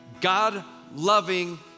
God-loving